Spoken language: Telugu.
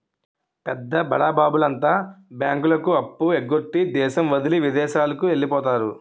పెద్ద బడాబాబుల అంతా బ్యాంకులకు అప్పు ఎగ్గొట్టి దేశం వదిలి విదేశాలకు వెళ్లిపోతారు